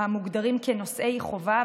המוגדרים כנושאי חובה,